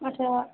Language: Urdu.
اچھا